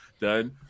done